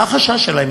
מה החשש שלהם?